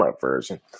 version